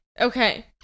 Okay